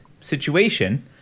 situation